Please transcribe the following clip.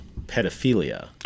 pedophilia